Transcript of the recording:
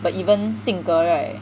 but even 性格 right